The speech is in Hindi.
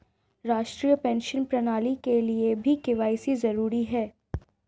राष्ट्रीय पेंशन प्रणाली के लिए भी के.वाई.सी जरूरी है